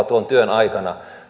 tuon työn aikana